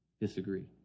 disagree